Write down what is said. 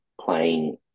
playing